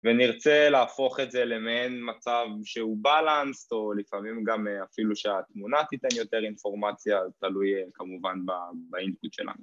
ונרצה להפוך את זה למעין מצב שהוא בלנס או לפעמים גם אפילו שהתמונה תיתן יותר אינפורמציה תלוי כמובן באינפוד שלנו